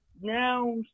now